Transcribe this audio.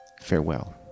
Farewell